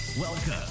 Welcome